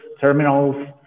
terminals